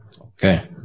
Okay